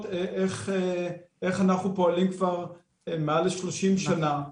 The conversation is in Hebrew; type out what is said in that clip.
איך אנחנו פועלים כבר מעל 30 שנה.